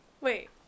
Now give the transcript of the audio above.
wait